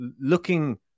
looking